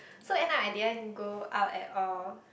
so end up I didn't go out at all